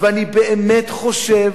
ואני באמת חושב